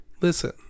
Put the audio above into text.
Listen